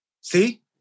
See